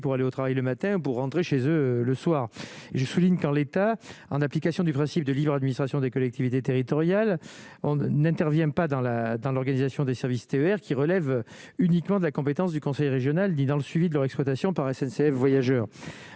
pour aller au travail le matin pour rentrer chez eux le soir je souligne qu'en l'état, en application du principe de libre administration des collectivités territoriales, on n'intervient pas dans la dans l'organisation des services TER qui relève uniquement de la compétence du conseil régional, dit dans le suivi de leur exploitation par SNCF voyageurs